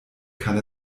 kann